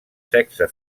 sexe